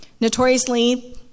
Notoriously